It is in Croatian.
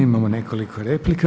Imamo nekoliko replika.